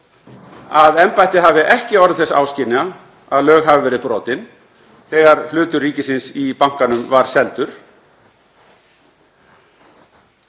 að embættið hafi ekki orðið þess áskynja að lög hafi verið brotin þegar hlutur ríkisins í bankanum var seldur.